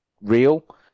real